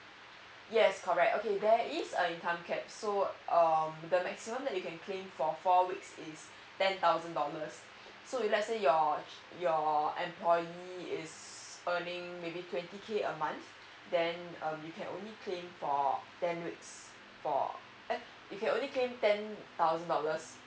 yes correct okay there is a income cap so uh the maximum that you can claim for four weeks is ten thousand dollars so if let's say your your employee is earning maybe twenty k a month then um you can only claim for ten weeks for uh you can only claim ten thousand dollars